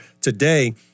today